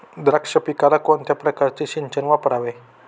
द्राक्ष पिकाला कोणत्या प्रकारचे सिंचन वापरावे?